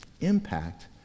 impact